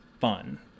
fun